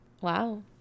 Wow